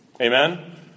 Amen